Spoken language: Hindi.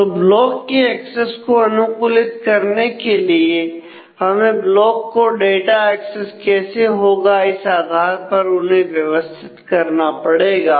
तो ब्लॉक के एक्सेस को अनुकूलित करने के लिए हमें ब्लॉक को डाटा एक्सेस कैसे होगा इस आधार पर उन्हें व्यवस्थित करना पड़ेगा